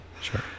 Sure